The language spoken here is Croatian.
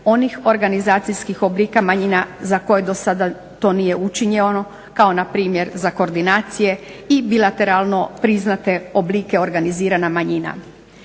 onih organizacijskih oblika manjina za koje do sada nije učinjeno kao na primjer za koordinacije i bilateralno priznate oblike organizirana manjina.